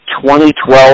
2012